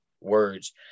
words